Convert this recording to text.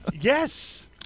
Yes